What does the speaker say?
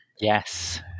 yes